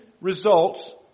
results